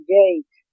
gate